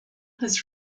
his